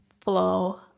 flow